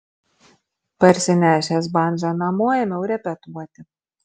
parsinešęs bandžą namo ėmiau repetuoti